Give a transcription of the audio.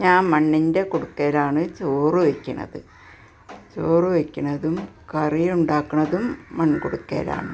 ഞാൻ മണ്ണിൻ്റെ കുടുക്കയിലാണ് ചോറ് വയ്ക്കുന്നത് ചോറ് വയ്ക്കുന്നതും കറി ഉണ്ടാക്കുന്നതും മൺകുടുക്കയിലാണ്